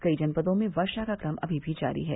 कई जनपदों में वर्षा का क्रम अभी भी जारी है